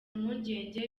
mpungenge